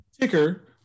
ticker